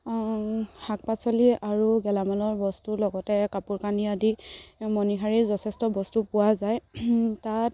শাক পাচলি আৰু গেলামালৰ বস্তুৰ লগতে কাপোৰ কানি আদি মণিহাৰীৰ যথেষ্ট বস্তু পোৱা যায় তাত